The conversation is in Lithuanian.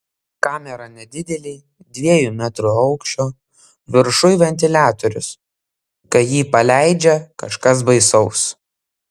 kamera nedidelė dviejų metrų aukščio viršuj ventiliatorius kai jį paleidžia kažkas baisaus